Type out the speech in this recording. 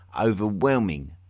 overwhelming